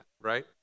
right